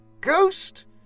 Ghost